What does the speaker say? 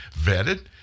vetted